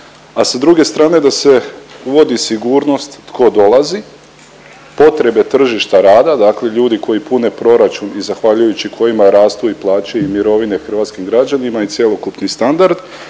a sa druge strane da se uvodi sigurnost tko dolazi, potrebe tržišta rada, dakle ljudi koji pune proračun i zahvaljujući kojima rastu i plaće i mirovine hrvatskim građanima i cjelokupni standard